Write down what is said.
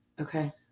Okay